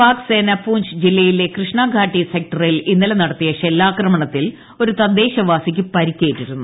പാക്സേന പൂഞ്ച് ജില്ലയിലെ കൃഷ്ണ ഗാട്ടി സെക്ടറിൽ ഇന്നലെ നടത്തിയ ഷെല്ലാക്രമണത്തിൽ ഒരു തദ്ദേശവാസിക്ക് പരിക്കേറ്റിരുന്നു